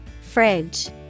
Fridge